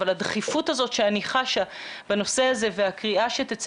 אבל הדחיפות הזאת שאני חשה בנושא הזה והקריאה שתצא